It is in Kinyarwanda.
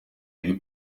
biri